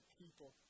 people